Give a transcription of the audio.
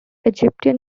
egyptian